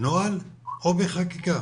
בנוהל או בחקיקה?